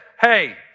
hey